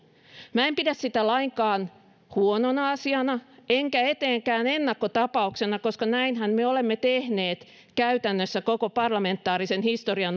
minä en pidä sitä lainkaan huonona asiana enkä etenkään ennakkotapauksena koska näinhän me olemme tehneet käytännössä koko parlamentaarisen historiamme